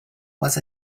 was